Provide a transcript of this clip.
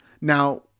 Now